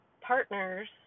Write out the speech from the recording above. partners